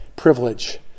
privilege